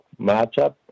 matchup